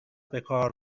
بهکار